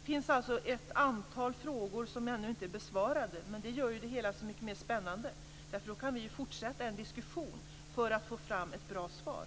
Det finns alltså ett antal frågor som ännu inte är besvarade, men det gör ju det hela så mycket mer spännande. Då kan vi fortsätta diskussionen för att få fram ett bra svar.